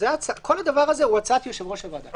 כל הדבר הזה הוא הצעת יושב-ראש הוועדה.